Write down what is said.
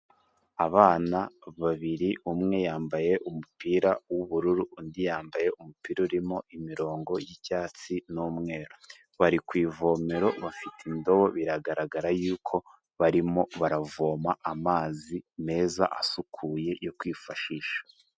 Abana babiri umwe yambaye umupira w'ubururu, undi yambaye umupira urimo imirongo y'icyatsi n'umweru, bari ku ivomero bafite indobo biragaragara y'uko barimo baravoma amazi meza asukuye yo kwifashisha.